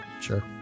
sure